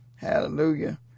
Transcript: Hallelujah